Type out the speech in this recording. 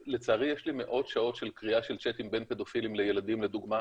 לצערי יש לי מאות שעות של קריאה של צ'טים בין פדופילים לילדים לדוגמה,